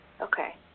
Okay